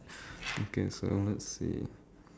okay so let's see